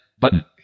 button